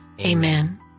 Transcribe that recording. Amen